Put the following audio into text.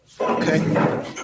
Okay